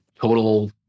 total